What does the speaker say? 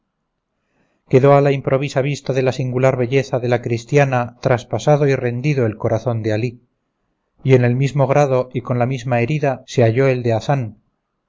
a la improvisa vista de la singular belleza de la cristiana traspasado y rendido el corazón de alí y en el mismo grado y con la misma herida se halló el de hazán